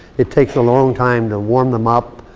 it takes a long time to warm them up.